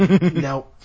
No